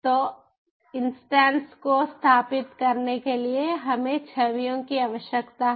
तो इन्स्टन्स को स्थापित करने के लिए हमें छवियों की आवश्यकता है